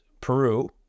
Peru